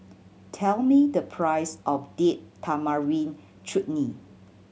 tell me the price of Date Tamarind Chutney